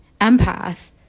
empath